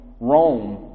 Rome